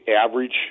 average